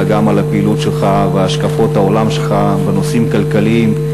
אלא גם על הפעילות שלך והשקפות העולם שלך בנושאים כלכליים,